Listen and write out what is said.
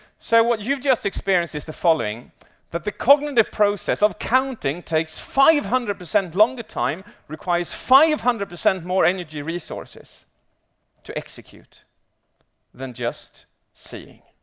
so what you've just experienced is the following that the cognitive process of counting takes five hundred percent longer time, requires five hundred percent more energy resources to execute than just seeing.